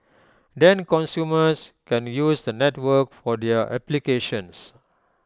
then consumers can use the network for their applications